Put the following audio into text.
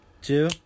two